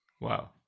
Wow